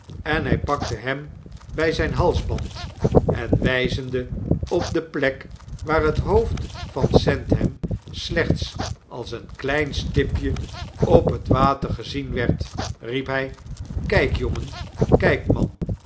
en hy pakte hem by zyn halsband en wijzende op de plek waar het hoofd van sandham slechts als een klein stipje op het water gezien werd riep hy kyk jongen kyk man